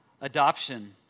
Adoption